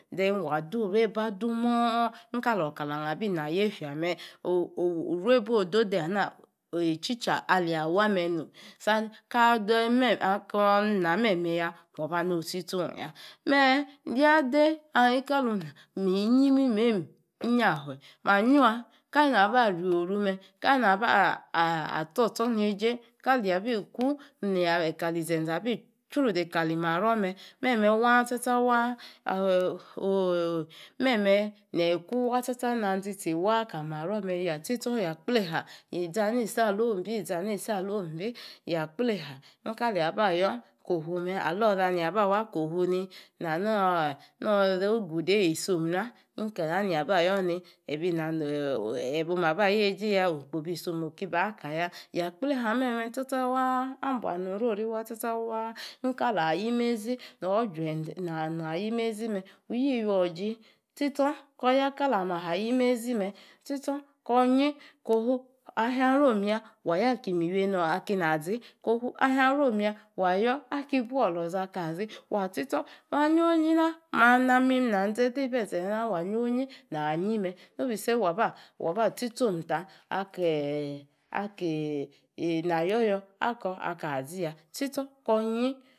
Then wadurue ba dumor inkalo̱kalang abi na niefia me. Urueba odode ana ichi-chaa aleyi awamenom. Saniya, ako̱name meya. wabanotsisi-tsi ongya Me yade, inkaluna, ma nyi mimem inyahue. Ma nyua inkainaba rio-ru me, nkanab tso tsor-nage me, inkalìabìku nìé kalinzeze abi churu kamaro me. Meme wa̱-tsa tsa wa̱. Meme nei ku nanditsi kalimaror me, izana isalung be yaa kpleha nikaleyi abar yor kohu me, na hani o̱ra igude-ei somu kohu na. Kana̱ nei ba-ba yoni? Ei boma bayeje ya̱, okpo be som okiba̱ ka ya, Ya̱ kpleha meme tsa tsa wa̱ ambua no rio-ri tsa tsa wa̱ nì ka la yi mezi me, wu yi-iwio iji tsi tsor kor ya kala ma ha yimezi me, tsi-tsor ko inyi kohu angha-rom ya, wa̱ yor aki-miwienor azi, kohu angha rom yaa, wa̱ yor akibuo o̱lo̱za kazi. Ma̱ nyonyina, na me nung zende ibenza ya wa nyo-nyi na nyi me, no be say waba tsi tso um ta̱ akeni ayo yo̱ ta akor aka-zi.